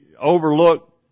overlook